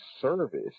service